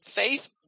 faith